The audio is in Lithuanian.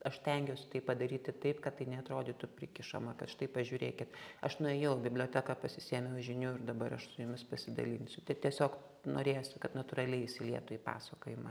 aš stengiausi tai padaryti taip kad tai neatrodytų prikišama kad štai pažiūrėkit aš nuėjau į biblioteką pasisėmiau žinių ir dabar aš su jumis pasidalinsiu tai tiesiog norėjosi kad natūraliai įsilietų į pasakojimą